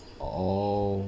oh